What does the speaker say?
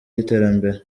y’iterambere